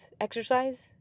exercise